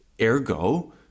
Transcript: ergo